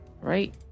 Right